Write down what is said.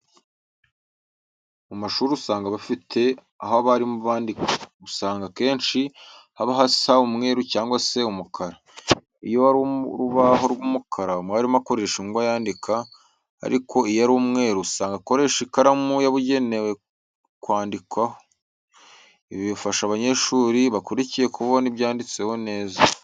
Mu mashuri usanga bafite aho abarimu bandika, usanga akenshi haba hasa umweru cyangwa se umukara, iyo ari urubaho rw'umukara, mwarimu akoresha ingwa yandika, ariko iyo ari umweru usanga akoresha amakaramu yabugenewe kwandikaho. Ibi bifasha abanyeshuri bakurikiye kubona ibyanditseho neza.